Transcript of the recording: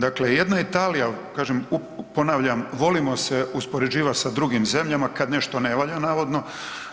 Dakle, jedna Italija, ponavljam, volimo se uspoređivati sa drugim zemljama kada nešto ne valja navodno